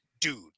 dude